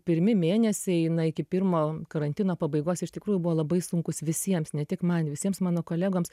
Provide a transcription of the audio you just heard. pirmi mėnesiai na iki pirmo karantino pabaigos iš tikrųjų buvo labai sunkūs visiems ne tik man visiems mano kolegoms